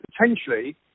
potentially